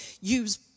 use